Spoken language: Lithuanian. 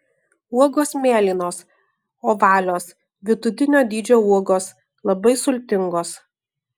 uogos mėlynos ovalios vidutinio dydžio uogos labai sultingos